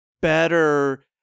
better